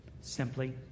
Simply